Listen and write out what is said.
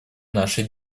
нашей